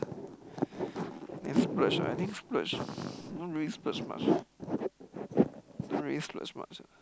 and splurge ah I think splurge don't really splurge much don't really splurge much ah